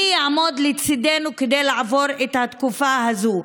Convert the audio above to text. מי יעמוד לצידנו כדי לעבור את התקופה הזאת?